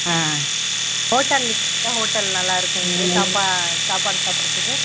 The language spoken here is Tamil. ஆ ஆ ஹோட்டல் எந்த ஹோட்டல் நல்லா இருக்கும் இங்கே சாப்பாடு சாப்பிட்றதுக்கு